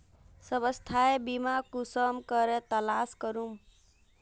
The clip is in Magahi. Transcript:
स्वास्थ्य बीमा कुंसम करे तलाश करूम?